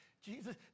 Jesus